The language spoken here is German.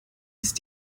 ist